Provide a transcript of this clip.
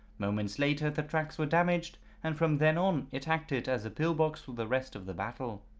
moments later the tracks were damaged and from then on it acted as a pillbox for the rest of the battle.